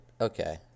Okay